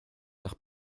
nach